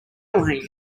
hanging